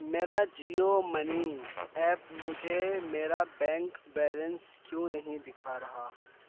میرا Jio money app مجھے میرا بینک بیلنس کیوں نہیں دکھا رہا